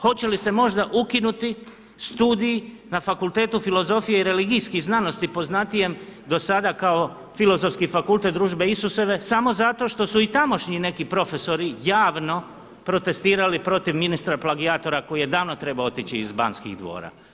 Hoće li se možda ukinuti studij na Fakultetu filozofije i religijskih znanosti poznatijem do sada kao Filozofski fakultet Družbe Isusove samo zato što su i tamošnji neki profesori javno protestirali protiv ministra plagijatora koji je davno trebao otići iz Banskih dvora.